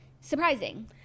Surprising